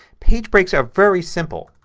page breaks are very simple.